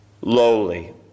Lowly